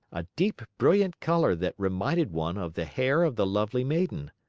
a deep brilliant color that reminded one of the hair of the lovely maiden.